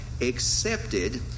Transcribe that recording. accepted